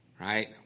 right